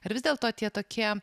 ar vis dėlto tie tokie